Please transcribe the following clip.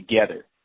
together